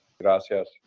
Gracias